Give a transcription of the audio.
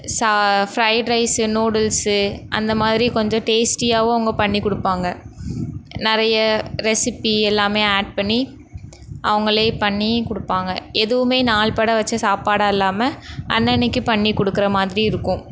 சா fried rice noodles அந்த மாதிரி கொஞ்சம் டேஸ்ட்டியாகவும் அவங்க பண்ணிக் கொடுப்பாங்க நெறைய ரெசிப்பி எல்லாமே ஆட் பண்ணி அவங்களே பண்ணிக் கொடுப்பாங்க எதுவுமே நாள்பட வைச்ச சாப்பாடாக இல்லாமல் அன்றைன்னைக்கு பண்ணி கொடுக்குற மாதிரி இருக்கும்